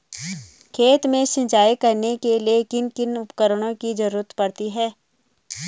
खेत में सिंचाई करने के लिए किन किन उपकरणों की जरूरत पड़ती है?